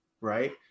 right